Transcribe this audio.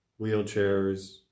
wheelchairs